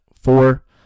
four